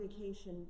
vacation